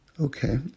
Okay